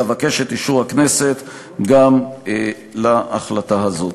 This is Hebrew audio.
אבקש את אישור הכנסת גם להחלטה הזאת.